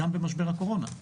גם במשבר הקורונה.